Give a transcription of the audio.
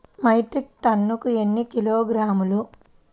Metric టన్నుకు ఎన్ని కిలోగ్రాములు?